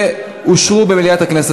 ואושרו במליאת הכנסת.